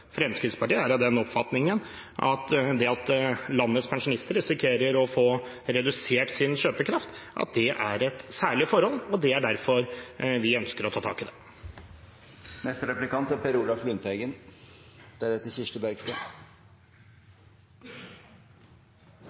Fremskrittspartiet er av den oppfatning at det at landets pensjonister risikerer å få redusert sin kjøpekraft, er et særlig forhold, og det er derfor vi ønsker å ta tak i det. I regjeringas politikk framgår det at pensjonsforliket skal legges til grunn. Det er